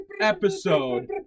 episode